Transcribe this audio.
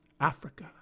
Africa